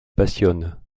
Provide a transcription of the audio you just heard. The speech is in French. passionne